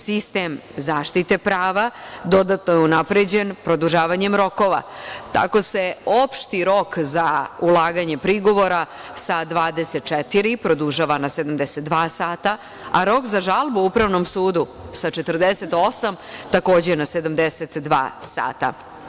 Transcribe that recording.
Sistem zaštite prava dodatno je unapređen produžavanjem rokova, tako se opšti rok za ulaganje prigovora sa 24 produžava na 72 sata, a rok za žalbu upravnom sudu sa 48 takođe na 72 sata.